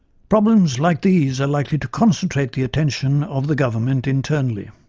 problems like these are likely to concentrate the attention of the government internally.